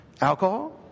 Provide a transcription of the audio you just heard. Alcohol